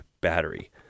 battery